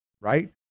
right